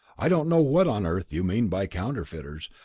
i don't know what on earth you mean by counterfeiters,